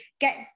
get